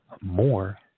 more